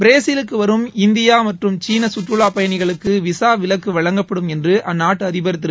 பிரேசிலுக்கு வரும் இந்தியா மற்றும் சீனா சுற்றுலாப் பயணிகளுக்கு விசா விலக்கு வழங்கப்படும் என்று அந்நாட்டு அதிபர் திரு